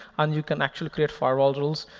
and you can actually create firewall rules.